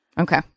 Okay